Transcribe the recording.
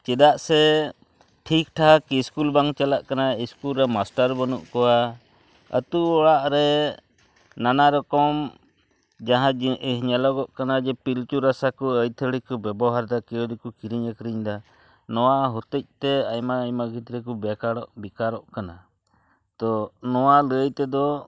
ᱪᱮᱫᱟᱜ ᱥᱮ ᱴᱷᱤᱠᱴᱷᱟᱠ ᱤᱥᱠᱩᱞ ᱵᱟᱝ ᱪᱟᱞᱟᱜ ᱠᱟᱱᱟ ᱤᱥᱠᱩᱞᱨᱮ ᱢᱟᱥᱴᱟᱨ ᱵᱟᱹᱱᱩᱜ ᱠᱚᱣᱟ ᱟᱹᱛᱩ ᱚᱲᱟᱜ ᱨᱮ ᱱᱟᱱᱟ ᱨᱚᱠᱚᱢ ᱡᱟᱦᱟᱸ ᱡᱤᱱᱤᱥ ᱧᱮᱞᱚᱜᱚᱜ ᱠᱟᱱᱟ ᱡᱮ ᱯᱤᱞᱪᱩ ᱨᱟᱥᱟ ᱠᱚ ᱟᱹᱛᱷᱟᱹᱲᱤ ᱠᱚ ᱵᱮᱵᱚᱦᱟᱨ ᱮᱫᱟ ᱟᱨᱠᱤ ᱠᱚ ᱠᱤᱨᱤᱧ ᱟᱠᱷᱨᱤᱧ ᱮᱫᱟ ᱱᱚᱣᱟ ᱦᱚᱛᱮᱡᱛᱮ ᱟᱭᱢᱟ ᱟᱭᱢᱟ ᱜᱤᱫᱽᱨᱟ ᱠᱚ ᱵᱮᱠᱟᱨᱚᱜ ᱵᱮᱠᱟᱨᱚᱜ ᱠᱟᱱᱟ ᱛᱚ ᱱᱚᱣᱟ ᱞᱟᱹᱭ ᱛᱮᱫᱚ